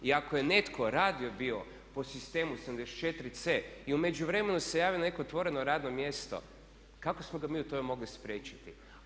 I ako je netko radije bio po sistemu 74c. i u međuvremenu se javio na neko otvoreno radno mjesto kako smo ga mi u tome mogli spriječiti.